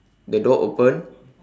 the door open